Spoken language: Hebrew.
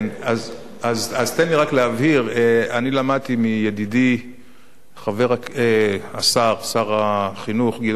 אז תן לי רק להבהיר: אני למדתי מידידי שר החינוך גדעון סער,